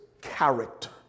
character